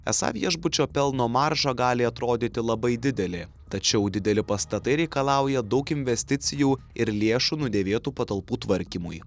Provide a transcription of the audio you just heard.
esą viešbučio pelno marža gali atrodyti labai didelė tačiau dideli pastatai reikalauja daug investicijų ir lėšų nudėvėtų patalpų tvarkymui